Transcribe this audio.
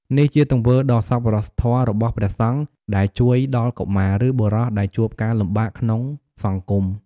នេះជាទង្វើដ៏សប្បុរសធម៌របស់ព្រះសង្ឃដែលជួយដល់កុមារ ឬបុរសដែលជួបការលំបាកក្នុងសង្គម។